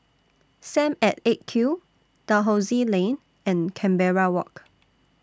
SAM At eight Q Dalhousie Lane and Canberra Walk